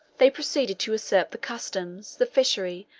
they proceeded to usurp the customs, the fishery,